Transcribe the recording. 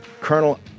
Colonel